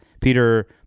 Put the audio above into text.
Peter